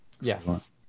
Yes